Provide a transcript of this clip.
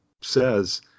says